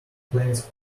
planets